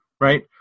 right